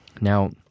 Now